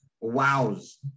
wows